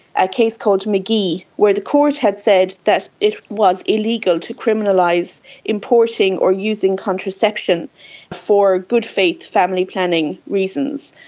a case called mcgee, where the court had said that it was illegal to criminalise importing or using contraception for good faith family planning reasons.